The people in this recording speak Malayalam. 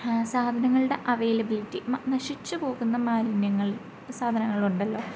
സാധനങ്ങളുടെ അവൈലബിലിറ്റി മ നശിച്ചുപോകുന്ന മാലിന്യങ്ങൾ സാധനങ്ങളുണ്ടല്ലോ